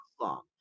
long